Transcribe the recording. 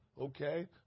Okay